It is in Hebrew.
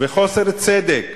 וחוסר צדק